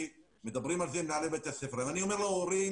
טיפול מהיר ושלם במוקדי התפרצות ברגע שהם מזוהים,